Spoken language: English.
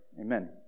Amen